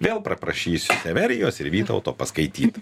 vėl praprašysiu severijos ir vytauto paskaityt